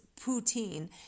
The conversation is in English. poutine